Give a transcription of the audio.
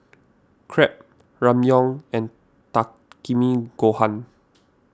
Crepe Ramyeon and Takikomi Gohan